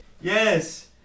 Yes